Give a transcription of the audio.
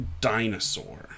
Dinosaur